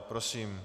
Prosím.